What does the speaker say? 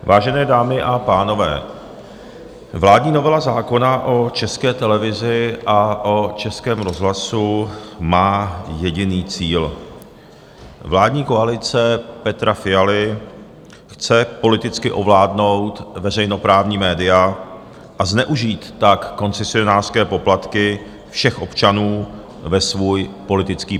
Vážené dámy a pánové, vládní novela zákona o České televizi a o Českém rozhlasu má jediný cíl: vládní koalice Petra Fialy chce politicky ovládnout veřejnoprávní média, a zneužít tak koncesionářské poplatky všech občanů ve svůj politický prospěch.